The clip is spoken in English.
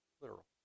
literal